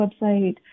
website